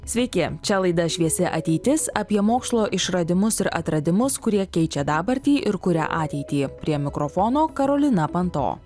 sveiki čia laida šviesi ateitis apie mokslo išradimus ir atradimus kurie keičia dabartį ir kuria ateitį prie mikrofono karolina panto